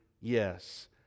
yes